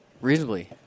reasonably